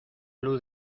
luz